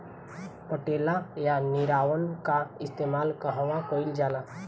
पटेला या निरावन का इस्तेमाल कहवा कइल जाला?